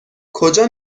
کجا